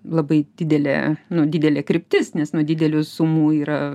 labai didelė nu didelė kryptis nes nu didelių sumų yra